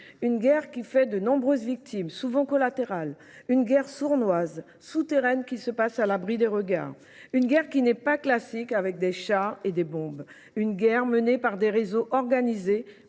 Une guerre qui fait de nombreuses victimes, souvent collatérales. Une guerre sournoise, souterraine qui se passe à l'abri des regards. Une guerre qui n'est pas classique avec des chars et des bombes. Une guerre menée par des réseaux organisés,